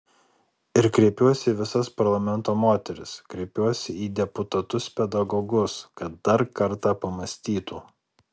ir kreipiuosi į visas parlamento moteris kreipiuosi į deputatus pedagogus kad dar kartą pamąstytų